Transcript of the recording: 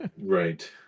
Right